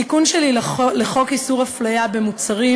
התיקון שלי לחוק איסור אפליה במוצרים,